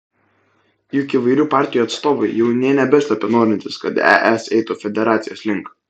juk įvairių partijų atstovai jau nė nebeslepia norintys kad es eitų federacijos link